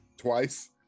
twice